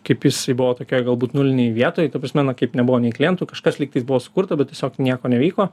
kaip jisai buvo tokioj galbūt nulinėj vietoj ta prasme na kaip nebuvo nei klientų kažkas lyg tais buvo sukurta bet tiesiog nieko nevyko